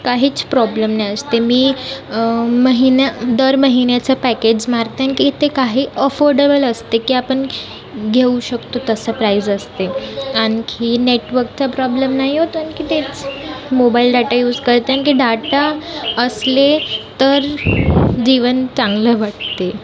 काहीच प्रॉब्लेम नसते मी महिन्या दर महिन्याचा पॅकेज मारते तर ते काही अफॉर्डेबल असते की आपण घेऊ शकतो तसं प्राइज असते आणखी नेटवर्कचा प्रॉब्लेम नाही होत आणखी तेच मोबाईल डाटा युज करताना की डाटा असले तर जीवन चांगलं वाटते